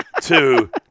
Two